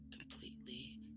completely